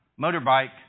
motorbike